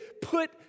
put